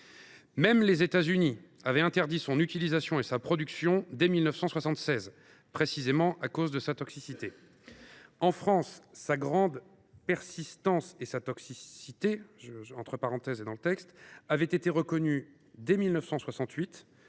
Même les États Unis avaient interdit l’utilisation et la production du chlordécone dès 1976, précisément à cause de sa toxicité. En France, sa « grande persistance » et sa « toxicité » avaient été reconnues dès 1968,